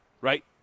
Right